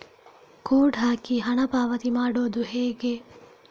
Code ಹಾಕಿ ಹಣ ಪಾವತಿ ಮಾಡೋದು ಹೇಗೆ?